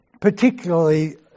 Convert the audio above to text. particularly